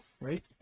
right